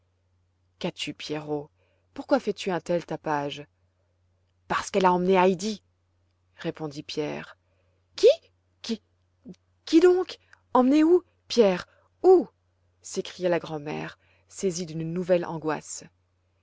qu'as-tu pierrot pourquoi fais-tu un tel tapage parce qu'elle a emmené heidi répondit pierre qui qui donc emmené où pierre où s'écria la grand'mère saisie d'une nouvelle angoisse